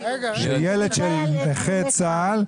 שילד של נכה צה"ל,